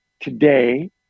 today